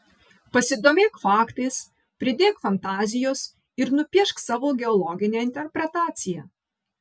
pasidomėk faktais pridėk fantazijos ir nupiešk savo geologinę interpretaciją